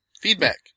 Feedback